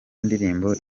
indirimbo